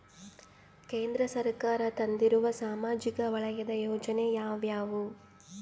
ಕೇಂದ್ರ ಸರ್ಕಾರ ತಂದಿರುವ ಸಾಮಾಜಿಕ ವಲಯದ ಯೋಜನೆ ಯಾವ್ಯಾವು?